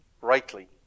rightly